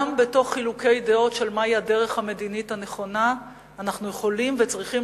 גם בתוך חילוקי הדעות על הדרך המדינית הנכונה אנחנו יכולים וצריכים